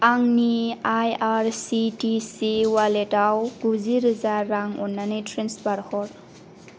आंनि आइआरचिटिचि अवालेट आव गुजि रोजा रां अननानै ट्रेन्सफार हर